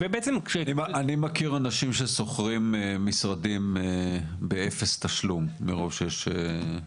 אני מכיר אנשים ששוכרים משרדים באפס תשלום מרוב שיש.